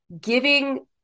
giving